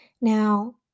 Now